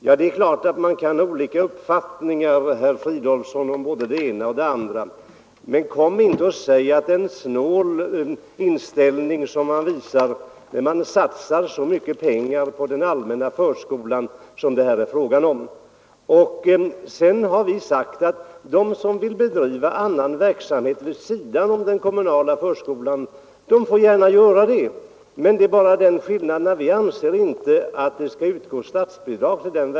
Ja, man kan naturligtvis ha olika uppfattningar om frågorna, men kom inte och säg, herr Fridolfsson, att det är en snål inställning som visas, när vi satsar så mycket pengar på den allmänna förskolan som det här rör sig om! Dessutom har vi sagt att de som vill bedriva annan verksamhet vid sidan om den kommunala förskolan gärna får göra detta, men vi anser inte att det till den verksamheten skall utgå något statsbidrag.